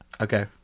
Okay